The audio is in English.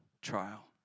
trial